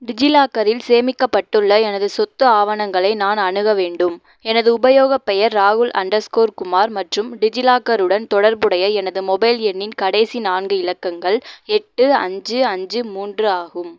டிஜிலாக்கரில் சேமிக்கப்பட்டுள்ள எனது சொத்து ஆவணங்களை நான் அணுக வேண்டும் எனது உபயோகப் பெயர் ராகுல் அண்டர்ஸ்கோர் குமார் மற்றும் டிஜிலாக்கருடன் தொடர்புடைய எனது மொபைல் எண்ணின் கடைசி நான்கு இலக்கங்கள் எட்டு அஞ்சு அஞ்சு மூன்று ஆகும்